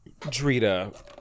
Drita